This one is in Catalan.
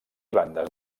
bandes